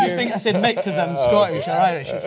i said mc because i'm scottish, or irish,